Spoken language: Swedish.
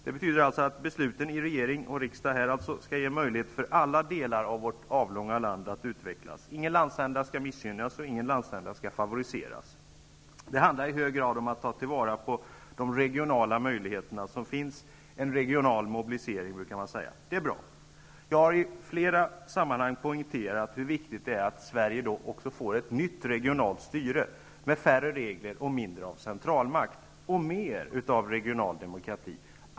Det betyder att besluten i regering och riksdag skall ge möjlighet för alla delar av vårt avlånga land att utvecklas. Ingen landsända skall missgynnas och ingen landsända skall favoriseras. Det handlar i hög grad om att ta till vara de regionala möjligheter som finns. Man brukar kalla det en regional mobilisering. Det är bra. Jag har i flera sammanhang poängterat hur viktigt det är att Sverige då också får ett nytt regionalt styre med färre regler och mindre centralmakt. Vi måste få mer regional demokrati.